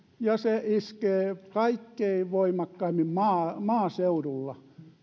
ja se iskee kaikkein voimakkaimmin maaseudulla